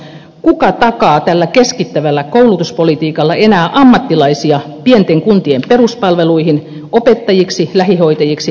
kuka takaa tällä keskittävällä koulutuspolitiikalla enää ammattilaisia pienten kuntien peruspalveluihin opettajiksi lähihoitajiksi lääkäreiksi